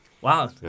wow